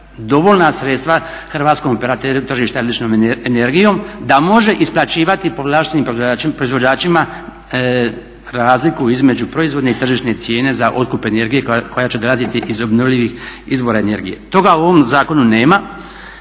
dovoljna sredstva hrvatskom operateru tržišta el.energijom da može isplaćivati povlaštenim proizvođačima razliku između proizvodne i tržišne cijene za otkup energije koja će dolaziti iz obnovljivih izvora energije. Toga u ovom zakonu nema,